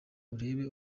urebe